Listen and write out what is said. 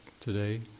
today